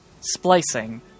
Splicing